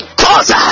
cause